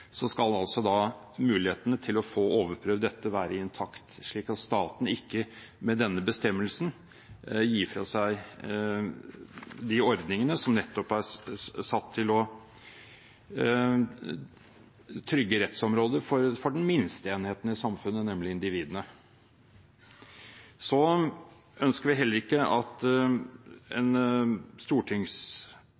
Mulighetene til å få overprøvd dette skal altså være intakt, slik at staten med denne bestemmelsen ikke gir fra seg de ordningene som er satt nettopp for å trygge rettsområdet for den minste enheten i samfunnet, nemlig individet. Vi ønsker heller ikke at en